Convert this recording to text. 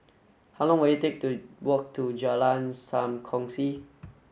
how long will it take to walk to Jalan Sam Kongsi